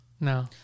No